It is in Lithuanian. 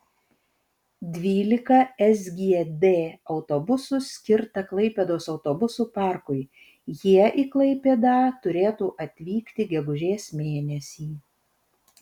dvylika sgd autobusų skirta klaipėdos autobusų parkui jie į klaipėdą turėtų atvykti gegužės mėnesį